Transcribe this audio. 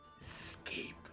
escape